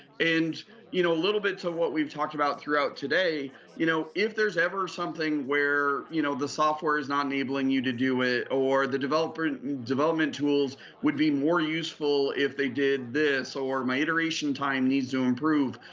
and you know little bits of what we've talked about throughout today. you know if there's ever something where you know the software is not enabling you to do it or the developer development tools would be more useful if they did this or my iteration time needs to improve.